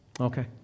Okay